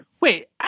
Wait